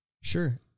Sure